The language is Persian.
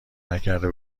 نکرده